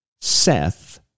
Seth